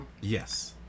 Yes